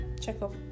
checkup